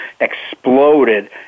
exploded